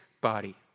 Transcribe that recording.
body